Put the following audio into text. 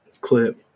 clip